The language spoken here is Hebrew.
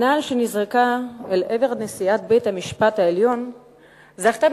הנעל שנזרקה לעבר נשיאת בית-המשפט העליון זכתה,